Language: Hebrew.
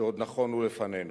שעוד נכונו לנו.